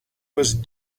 was